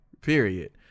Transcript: period